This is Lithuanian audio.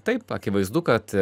taip akivaizdu kad